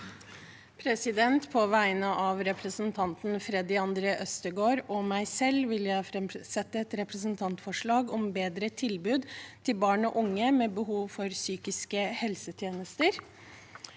På vegne av repre- sentanten Freddy André Øvstegård og meg selv vil jeg framsette et representantforslag om et bedre tilbud til barn og unge med behov for psykiske helsetjenester.